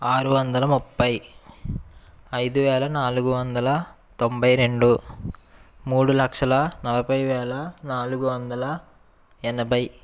ఆరు వందల ముప్పై ఐదు వేల నాలుగు వందల తొంభై రెండు మూడు లక్షల నలభై వేల నాలుగు వందల ఎనభై